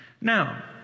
Now